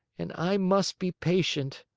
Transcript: and i must be patient!